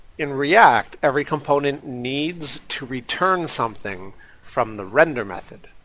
in react every component needs to return something from the render method.